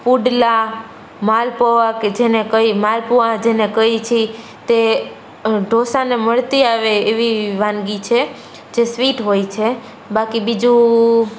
પુડલા માલપુવા કે જેને કઈ માલપુવા જેને કહી છે તે ઢોસા ને મળતી આવે એવી વાનગી છે જે સ્વીટ હોય છે બાકી બીજું